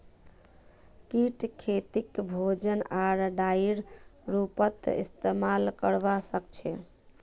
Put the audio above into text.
कीट खेतीक भोजन आर डाईर रूपत इस्तेमाल करवा सक्छई